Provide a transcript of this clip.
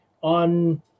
on